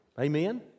Amen